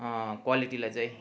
क्वालिटीलाई चाहिँ